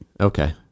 Okay